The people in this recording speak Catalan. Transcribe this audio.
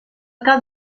cap